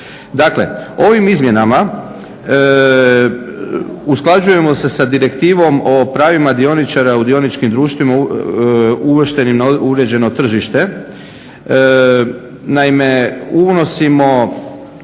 Dakle, ovim izmjenama usklađujemo se sa Direktivom o pravima dioničara u dioničkim društvima uvršteni na određeno tržište. Naime, unosimo